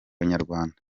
nyarwanda